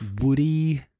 Woody